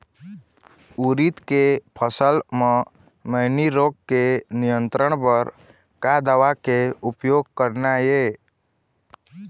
उरीद के फसल म मैनी रोग के नियंत्रण बर का दवा के उपयोग करना ये?